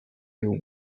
digu